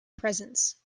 presence